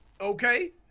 Okay